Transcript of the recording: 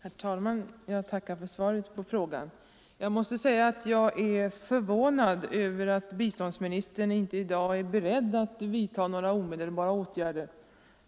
Herr talman! Jag tackar för svaret på frågan. Jag måste säga att jag är förvånad över att biståndsministern inte är beredd att i dag vidta några omedelbara åtgärder